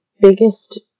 biggest